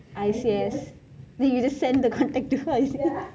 I_C_S then you just send the contact to I_C_S